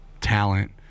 talent